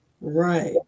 right